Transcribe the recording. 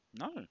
No